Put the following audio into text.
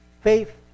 Faith